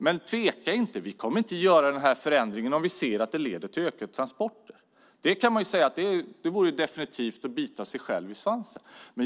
Men tvivla inte - vi kommer inte att göra den här förändringen om vi ser att den leder till ökade transporter. Det vore definitivt att bita sig själv i svansen.